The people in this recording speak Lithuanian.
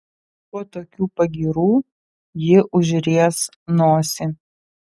po tokių pagyrų ji užries nosį